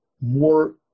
more